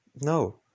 No